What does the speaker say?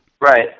Right